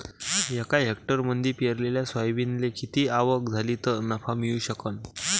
एका हेक्टरमंदी पेरलेल्या सोयाबीनले किती आवक झाली तं नफा मिळू शकन?